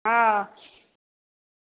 हँ